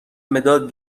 مداد